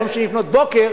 יום שני לפנות בוקר,